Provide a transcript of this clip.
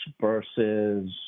versus